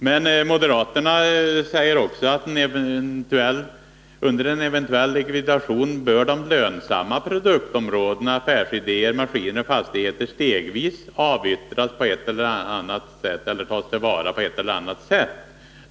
Men moderaterna säger också att vid en eventuell likvidation bör de lönsamma produktområdena — affärsidéer, maskiner och fastigheter — stegvis avyttras eller tas till vara på ett eller annat sätt.